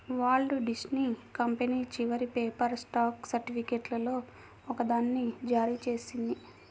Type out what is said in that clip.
Walt Disney company చివరి paper stock సర్టిఫికేట్లలో ఒకదాన్ని జారీ చేసింది